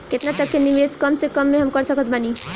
केतना तक के निवेश कम से कम मे हम कर सकत बानी?